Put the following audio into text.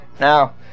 Now